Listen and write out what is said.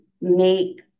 make